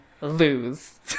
lose